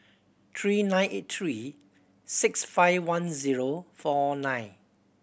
three nine eight three six five one zero four nine